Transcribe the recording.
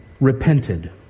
repented